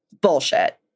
Bullshit